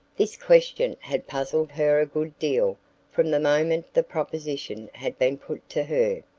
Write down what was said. this question had puzzled her a good deal from the moment the proposition had been put to her.